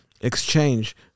exchange